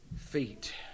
feet